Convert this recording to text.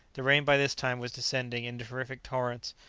the rain by this time was descending in terrific torrents,